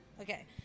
Okay